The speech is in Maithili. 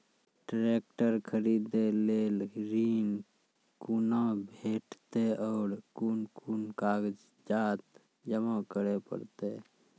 ट्रैक्टर खरीदै लेल ऋण कुना भेंटते और कुन कुन कागजात जमा करै परतै?